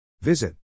Visit